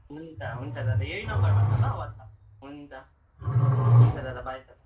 हुन्छ हुन्छ दादा यही नम्बरमा छ ल वाट्सएप हुन्छ हुन्छ दादा बाई दादा